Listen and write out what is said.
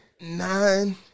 nine